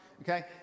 okay